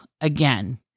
again